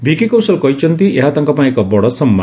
ଭିକି କୌଶଲ କହିଛନ୍ତି ଏହା ତାଙ୍କ ପାଇଁ ଏକ ବଡ଼ ସମ୍ମାନ